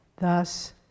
Thus